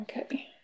okay